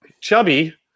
chubby